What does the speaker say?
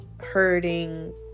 hurting